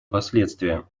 последствия